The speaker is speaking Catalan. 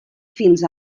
fins